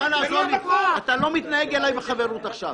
אתה לא מתנהג אליי בחברות עכשיו.